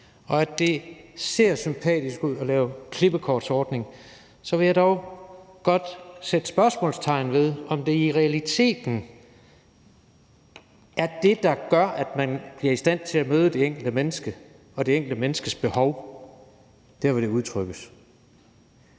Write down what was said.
og at det ser sympatisk ud at lave en klippekortordning, så vil jeg dog godt sætte spørgsmålstegn ved, om det i realiteten er det, der gør, at man bliver i stand til at møde det enkelte menneske og det enkelte menneskes behov der, hvor det udtrykkes.